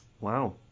Wow